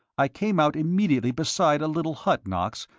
i came out immediately beside a little hut, knox,